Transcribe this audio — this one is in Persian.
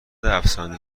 افسانه